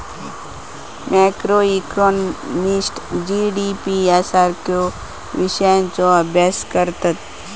macroeconomist GDP सारख्यो विषयांचा अभ्यास करतत